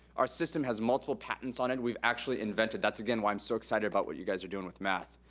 our system has multiple patents on it. we've actually invented. that's, again, why i'm so excited about what you guys are doing with math.